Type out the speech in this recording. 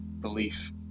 belief